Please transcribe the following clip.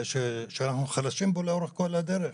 שאנחנו חלשים בו לאורך כל הדרך.